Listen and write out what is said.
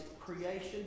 creation